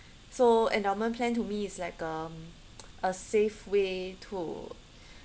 so endowment plan to me is like um a safe way too